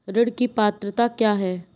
ऋण की पात्रता क्या है?